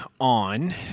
on